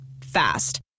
Fast